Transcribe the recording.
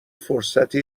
فرصتی